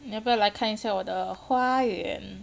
你要不要来看一下我的花园